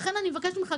לכן אני מבקשת ממך,